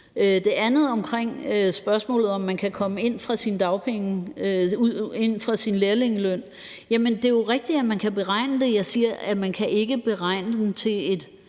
forhold til spørgsmålet om, om man kan komme ind fra sin lærlingeløn, vil jeg sige, at det jo er rigtigt, at man kan beregne det. Jeg siger, at man kan ikke beregne det til en